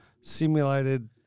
simulated